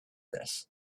this